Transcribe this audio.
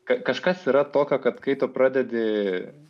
kažkas yra tokio kad kai tu pradedi